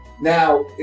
Now